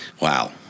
Wow